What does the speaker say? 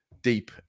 deep